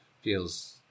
feels